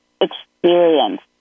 experience